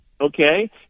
okay